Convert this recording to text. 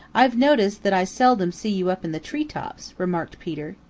i've noticed that i seldom see you up in the tree tops, remarked peter.